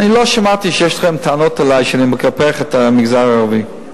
אני לא שמעתי שיש לכם טענות אלי שאני מקפח את המגזר הערבי,